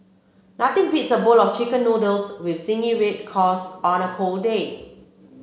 nothing beats a bowl of chicken noodles with zingy red sauce on a cold day